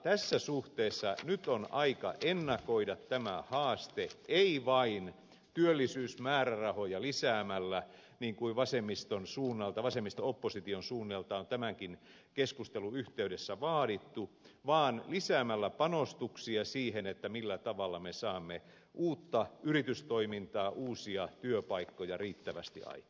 tässä suhteessa nyt on aika ennakoida tämä haaste ei vain työllisyysmäärärahoja lisäämällä niin kuin vasemmisto opposition suunnalta on tämänkin keskustelun yhteydessä vaadittu vaan lisäämällä panostuksia siihen millä tavalla me saamme uutta yritystoimintaa uusia työpaikkoja riittävästi aikaan